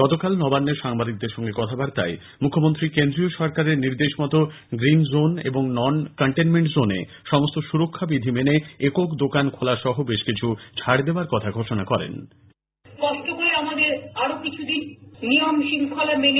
গতকাল নবান্নে সাংবাদিকদের সঙ্গে কথাবার্তায় মুখ্যমন্ত্রী কেন্দ্রীয় সরকারের নির্দেশ মতো গ্রিন জোন এবং নন কন্টেনমেন্ট জোনে সমস্ত সুরক্ষা বিধি মেনে একক দোকান খোলা সহ বেশ কিছ্ ছাড় দেওয়ার কথা ঘোষণা করেন